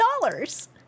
dollars